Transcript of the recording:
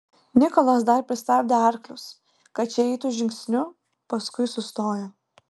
nikolas dar pristabdė arklius kad šie eitų žingsniu paskui sustojo